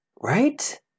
Right